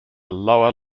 lower